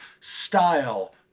style